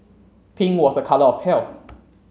pink was a colour of health